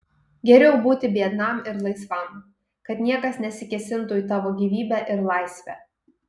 geriau būti biednam ir laisvam kad niekas nesikėsintų į tavo gyvybę ir laisvę